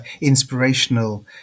inspirational